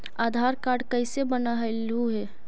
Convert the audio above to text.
आधार card कईसे बनैलहु हे?